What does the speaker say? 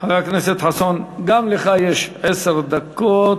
חבר הכנסת חסון, גם לך יש עשר דקות.